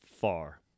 far